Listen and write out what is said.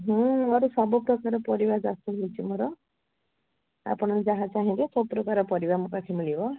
ହଁ ମୋର ସବୁପ୍ରକାର ପରିବା ଚାଷ ହେଉଛି ମୋର ଆପଣ ଯାହା ଚାହିଁବେ ସବୁପ୍ରକାର ପରିବା ମୋ ପାଖେ ମିଳିବ